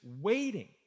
waiting